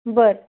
बरं